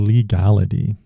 Legality